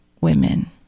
women